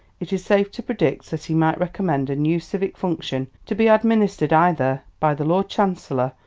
it is safe to predict that he might recommend a new civic function to be administered either by the lord chancellor,